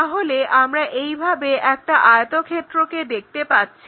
তাহলে আমরা এইভাবে একটা আয়তক্ষেত্রকে দেখতে পাচ্ছি